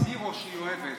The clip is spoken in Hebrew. הזירו, שהיא אוהבת.